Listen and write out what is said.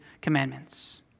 commandments